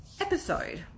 episode